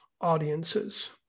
audiences